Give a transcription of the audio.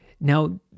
Now